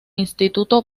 instituto